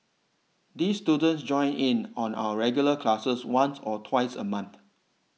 these students join in on our regular classes once or twice a month